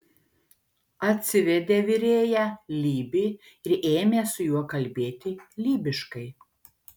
atsivedė virėją lybį ir ėmė su juo kalbėti lybiškai